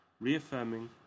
reaffirming